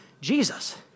Jesus